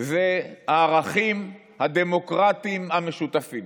זה הערכים הדמוקרטיים המשותפים